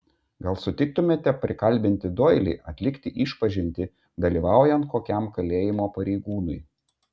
gal sutiktumėte prikalbinti doilį atlikti išpažintį dalyvaujant kokiam kalėjimo pareigūnui